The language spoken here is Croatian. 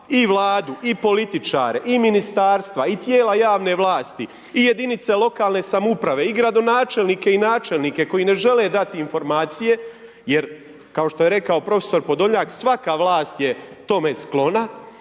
i vladu i političare i ministarstva i tijela javne vlastite i jedinice lokalne samouprave i gradonačelnike i načelnike koji ne žele dati informacije, jer kao što je rekao prof. Podolnjak, svaka vlast je tome sklona.